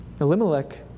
Elimelech